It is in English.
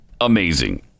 amazing